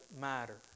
matter